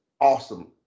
awesome